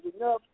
enough